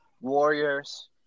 Warriors